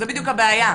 זאת בדיוק הבעיה.